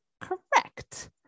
correct